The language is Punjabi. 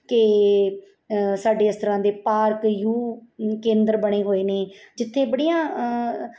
ਕਿ ਸਾਡੇ ਇਸ ਤਰ੍ਹਾਂ ਦੇ ਪਾਰਕ ਯੂ ਕੇਂਦਰ ਬਣੇ ਹੋਏ ਨੇ ਜਿੱਥੇ ਬੜੀਆਂ